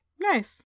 nice